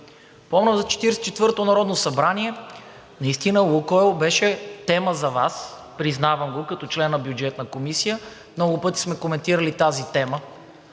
Помня за 44-тото народно събрание наистина „Лукойл“ беше тема за Вас – признавам го като член на Бюджетната комисия, много пъти сме коментирали тази тема.